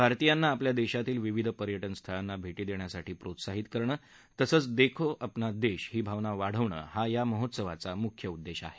भारतीयांना आपल्या देशातील विविध पर्यटन स्थळांना भेटी देण्यासाठी प्रोत्साहित करणं तसंच देखो अपना देश ही भावना वाढवणं हा या महोत्सवाचा मुख्य उद्देश आहे